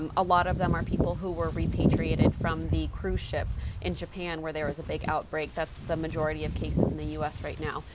um a lot of them are people who were repatriated from the cruise ship in japan where there was a big outbreak. that's the majority of cases in the u s. right now.